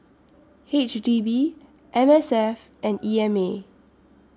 H D B M S F and E M A